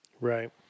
right